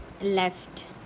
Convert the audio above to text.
left